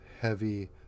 heavy